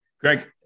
greg